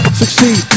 succeed